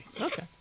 Okay